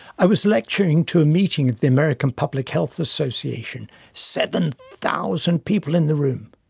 i was lecturing to a meeting of the american public health association seven thousand people in the room.